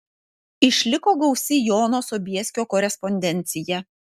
išliko gausi jono sobieskio korespondencija